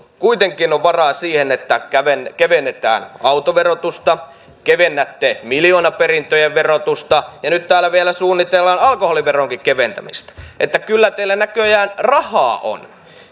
kuitenkin on varaa siihen että kevennetään kevennetään autoverotusta kevennätte miljoonaperintöjen verotusta ja nyt täällä vielä suunnitellaan alkoholiveronkin keventämistä että kyllä teillä näköjään rahaa on